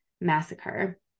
massacre